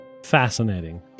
Fascinating